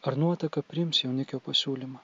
ar nuotaka priims jaunikio pasiūlymą